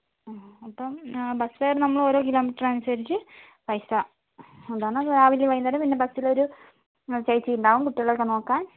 അപ്പം ബസ്സുകാർ നമ്മൾ ഓരോ കിലോമീറ്റർ അനുസരിച്ച് പൈസ അതാണ് രാവിലേയും വൈകുന്നേരവും പിന്നെ ബസ്സിലൊരു ചേച്ചി ഉണ്ടാവും കുട്ടികളെയൊക്കെ നോക്കാൻ